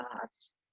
god's